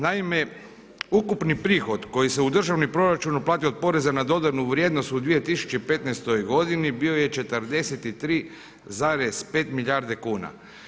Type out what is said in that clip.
Naime, ukupni prihod koji se u državni proračun uplati od poreza na dodanu vrijednost u 2015. godini bio je 43,5 milijarde kuna.